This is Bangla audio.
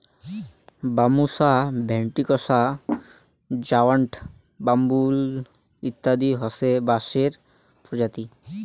বাম্বুসা ভেন্ট্রিকসা, জায়ন্ট ব্যাম্বু ইত্যাদি হসে বাঁশের প্রজাতি